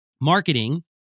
marketing